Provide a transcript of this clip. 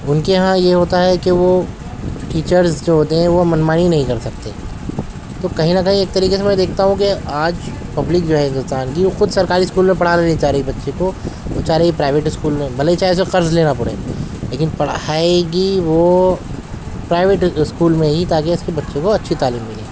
ان کے یہاں یہ ہوتا ہے کہ وہ ٹیچرس جو ہوتے ہیں وہ منمانی نہیں کر سکتے تو کہیں نہ کہیں ایک طریقے سے میں دیکتھا ہوں کہ آج پبلک جو ہے ہندوستان کی وہ خود سرکاری اسکول میں پڑھانا نہیں چاہ رہی بچے کو وہ چاہ رہی پرائیویٹ اسکول میں بھلے چاہے اسے قرض لینا پڑے لیکن پڑھائے گی وہ پرائیویٹ اسکول میں ہی تاکہ اس کے بچوں کو اچھی تعلیم ملے